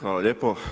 Hvala lijepo.